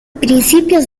principios